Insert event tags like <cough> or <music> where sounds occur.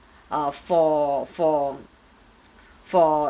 err for for <breath> for